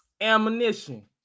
Ammunition